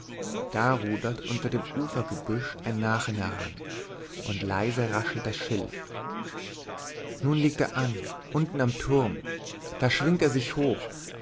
da rudert unter dem ufergebüsch ein nachen heran und leise raschelt das schilf nun legt er an unten am turm da schwingt er sich hoch